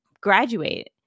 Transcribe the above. graduate